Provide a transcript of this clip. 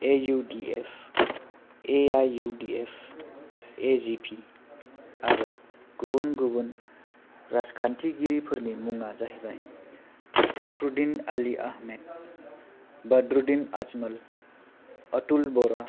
A U D F A I U D F ए जि फि आरो गुबुन गुबुन राजखान्थिगिरिफोरनि मुङा जाहैबाय फाक्रुदिन आलि आहामेद बदरुदिन आजमल अथुल बरा